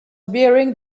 bearing